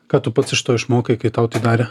ką tu pats iš to išmokai kai tau tai darė